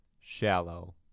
Shallow